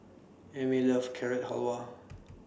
Amie loves Carrot Halwa